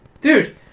Dude